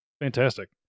Fantastic